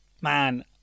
Man